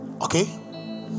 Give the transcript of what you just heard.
okay